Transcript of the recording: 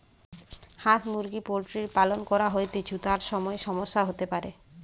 হাঁস মুরগি পোল্ট্রির পালন করা হৈতেছু, তার সময় সমস্যা হতে পারে